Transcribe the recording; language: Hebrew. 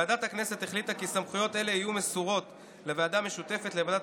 ועדת הכנסת החליטה כי סמכויות אלה יהיו מסורות לוועדה משותפת לוועדת